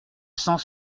cent